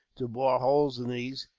to bore holes in these,